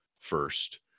first